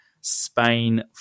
Spain